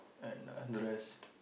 and and rest